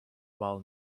while